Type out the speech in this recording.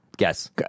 Yes